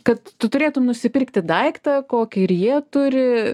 kad tu turėtumei nusipirkti daiktą kokį ir jie turi